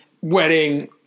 wedding